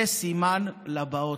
זה סימן לבאות,